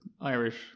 Irish